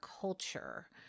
culture